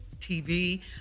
TV